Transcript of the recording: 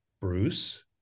Bruce